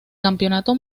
campeonato